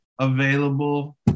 available